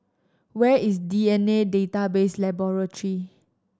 where is D N A Database Laboratory